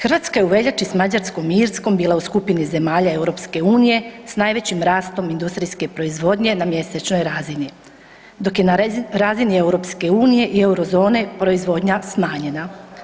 Hrvatska je u veljači sa Mađarskom i Irskom bila u skupini zemalja EU-a s najvećom rastom industrijske proizvodnje na mjesečnoj razini dok je na razini EU-a i Euro zone proizvodnja smanjena.